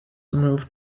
moved